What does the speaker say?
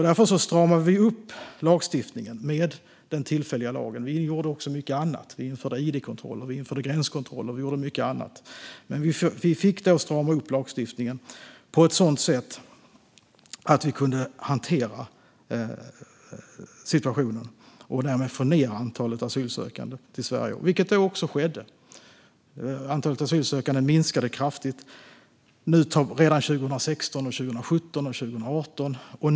Därför stramade vi upp lagstiftningen med den tillfälliga lagen. Vi gjorde också mycket annat. Vi införde id-kontroller och gränskontroller och gjorde mycket annat. Men vi fick strama upp lagstiftningen på ett sådant sätt att vi kunde hantera situationen och därmed få ned antalet asylsökande till Sverige. Så skedde också. Antalet asylsökande minskade kraftigt redan 2016, 2017 och 2018.